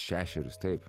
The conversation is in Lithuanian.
šešerius taip